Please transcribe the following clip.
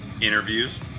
interviews